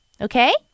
Okay